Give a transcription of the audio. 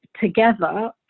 together